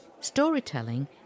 Storytelling